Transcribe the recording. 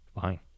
fine